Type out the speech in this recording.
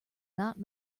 not